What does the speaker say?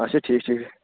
اَچھا ٹھیٖک ٹھیٖک